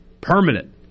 permanent